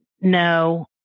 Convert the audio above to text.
no